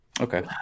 Okay